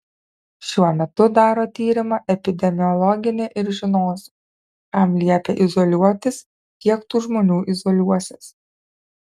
šiuo metu daro tyrimą epidemiologinį ir žinosiu kam liepia izoliuotis kiek tų žmonių izoliuosis